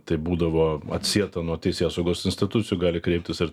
tai būdavo atsieta nuo teisėsaugos institucijų gali kreiptis ir